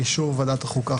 באישור ועדת החוקה,